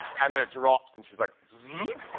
and then it drops and she's like zoop.